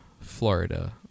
Florida